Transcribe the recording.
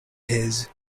his